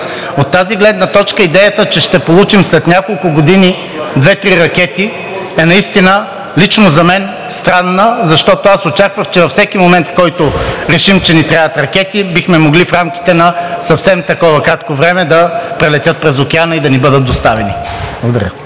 От тази гледна точка идеята, че ще получим след няколко години две-три ракети, е наистина лично за мен странна, защото аз очаквах, че във всеки момент, в който решим, че ни трябват ракети, биха могли в рамките на съвсем кратко време да прелетят през океана и да ни бъдат доставени. Благодаря.